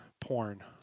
porn